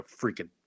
freaking